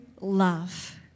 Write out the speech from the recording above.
love